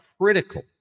critical